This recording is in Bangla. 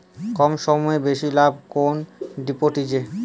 কম সময়ে বেশি লাভ কোন ডিপোজিটে?